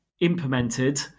implemented